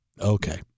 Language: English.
Okay